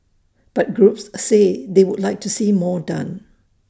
but groups say they would like to see more done